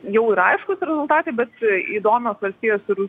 jau yra aiškūs rezultatai bet įdomios valstijos ir